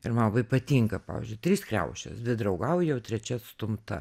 ir man labai patinka pavyzdžiui trys kriaušes dvi draugauja o trečia atstumta